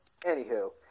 anywho